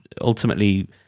ultimately